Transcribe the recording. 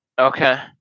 Okay